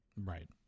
Right